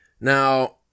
Now